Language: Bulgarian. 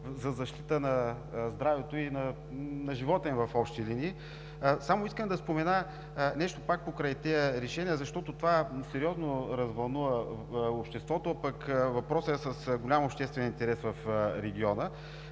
за защита на здравето и на живота им. Само искам да спомена нещо покрай тези решения, защото това сериозно развълнува обществото, а пък въпросът е с голям обществен интерес в региона,